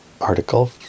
article